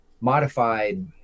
modified